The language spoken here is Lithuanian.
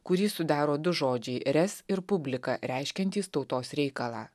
kurį sudaro du žodžiai res ir publika reiškiantys tautos reikalą